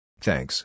Thanks